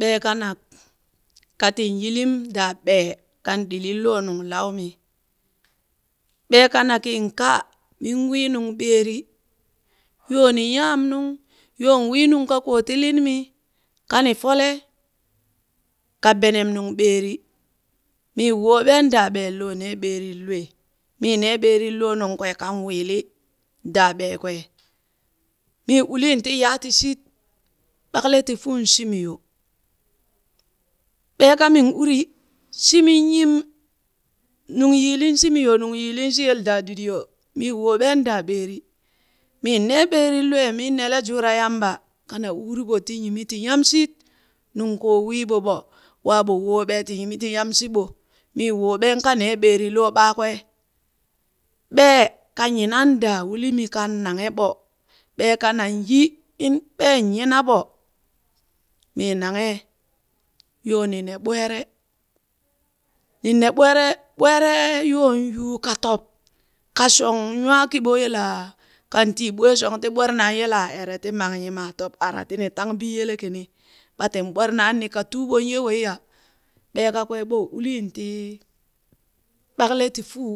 Ɓee kanak, katin yilim daa ɓee kan ɗilin loo nunglaumi, ɓee kanakiin ka min wii nung ɓeeri yoo ni nyaam nung yoon wii nungkakoo ti linmi kani fole ka benem nung ɓeeri, mii woɓeen daa ɓeen loo nee ɓeerin lwee, mii nee ɓeerin loo nungkwee kan wiili daa ɓeekwe, mii ulin ti yaatishit ɓakle ti fuun shimi yo, ɓeekamin uri shimi nyim, nung yiilin shimi yo, nung yiliin shi yele daadidi yo mii wooɓeen daa ɓeeri, mii nee ɓeerin lwee miin neele juura yamba kana uuriɓo ti nyimi ti nyamshit nungkoo wiiɓo ɓo, wa ɓo woobee ti nyimi ti nyamshibo mii wobee ka nee ɓeeri loo ɓakwee. Ɓee ka yinan daa uli mik kan nanghe ɓo, ɓee kanan yi in ɓee nyina ɓo, mii naghe yoo ni ne ɓweere, ni ne ɓweere, ɓweere yoo yuu ka tob, ka shong nwaakiɓo yelaa kan tii ɓwee shong ti ɓwerenan yelaa ere ti mang nyimang tob ara tini tang biyele kini ɓa tin ɓwerenan ni ka tuɓon ye weyya ɓekakwee ɓo ulin ti ɓakkle ti fuu,